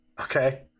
Okay